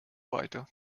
weiter